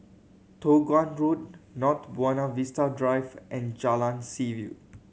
Toh Guan Road North Buona Vista Drive and Jalan Seaview